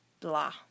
blah